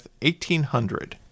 1800